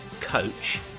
Coach